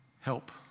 Help